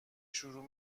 شروع